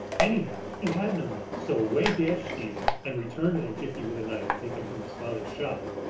anyhow, he had no knife. so away dashed stevens, and returned in a jiffy with a knife, taken from his father's shop.